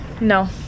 No